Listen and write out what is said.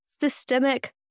systemic